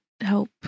help